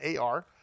AR